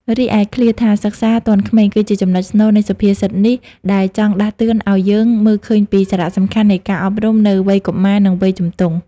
រីឯឃ្លាថាសិក្សាទាន់ក្មេង គឺជាចំណុចស្នូលនៃសុភាសិតនេះ ដែលចង់ដាស់តឿនឱ្យយើងមើលឃើញពីសារៈសំខាន់នៃការអប់រំនៅវ័យកុមារ និងវ័យជំទង់ ។